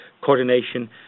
coordination